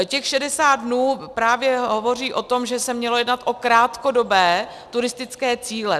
Těch 60 dnů právě hovoří o tom, že se mělo jednat o krátkodobé turistické cíle.